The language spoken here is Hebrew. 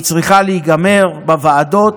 והיא צריכה להיגמר בוועדות,